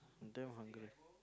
I'm damn hungry